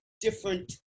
different